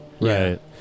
Right